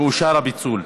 ואושר הפיצול.